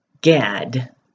Gad